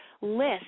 list